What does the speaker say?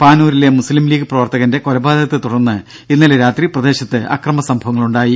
പാനൂരിലെ മുസ്ലീംലീഗ് പ്രവർത്തകന്റെ കൊലപാതകത്തെ തുടർന്ന് ഇന്നലെ രാത്രി പ്രദേശത്ത് അക്രമ സംഭവങ്ങളുണ്ടായി